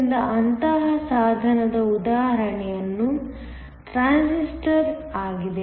ಆದ್ದರಿಂದ ಅಂತಹ ಸಾಧನದ ಉದಾಹರಣೆ ಟ್ರಾನ್ಸಿಸ್ಟರ್ ಆಗಿದೆ